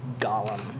Gollum